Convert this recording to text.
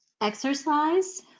exercise